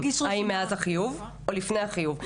האם מאז החיוב או לפני החיוב?